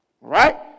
Right